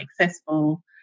accessible